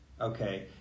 okay